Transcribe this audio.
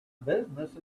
business